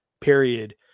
period